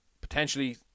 potentially